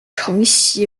承袭